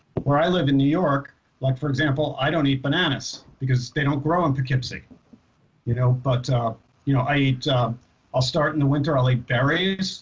where i live in new york like for example i don't eat bananas because they don't grow in pokipsie you know but you know i eat i'll start in the winter i'll eat berries